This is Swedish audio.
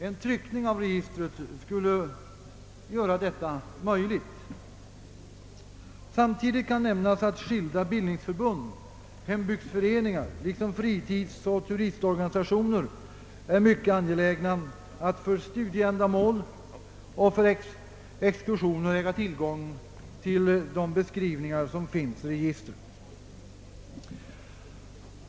En tryckning av registret skulle göra detta möjligt. Samtidigt kan nämnas att skilda bildningsförbund och hembygdsföreningar liksom fritidsoch turistorganisationer är mycket angelägna att för studieändamål och för exkursioner äga tillgång till de beskrivningar som finns i registret.